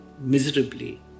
Miserably